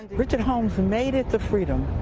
richard holmes made it to freedom,